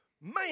Man